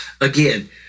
again